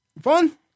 fun